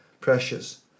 pressures